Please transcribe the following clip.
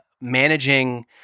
Managing